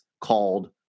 called